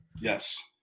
Yes